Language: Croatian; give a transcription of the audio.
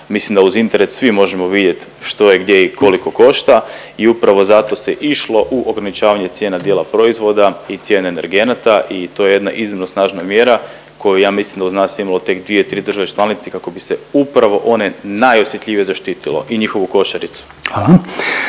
Mislim da uz Internet svi možemo vidjet što je gdje i koliko košta i upravo zato se išlo u ograničavanje cijena dijela proizvoda i cijene energenata i to je jedna iznimno snažna mjera koju je ja mislim da je uz nas, imalo tek dvije, tri države članice kako bi se upravo one najosjetljivije zaštitilo. I njihovu košaricu.